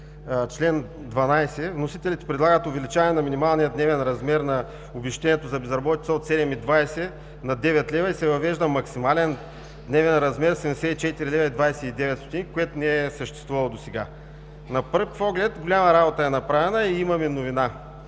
чл. 12 вносителите предлагат увеличаване на минималния дневен размер на обезщетението за безработица от 7,20 лв. на 9 лв. и се въвежда максимален дневен размер – 74,29 лв., което не е съществувало досега. На пръв поглед голяма работа е направена и имаме новина.